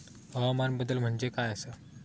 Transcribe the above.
हवामान बदल म्हणजे काय आसा?